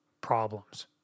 problems